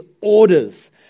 orders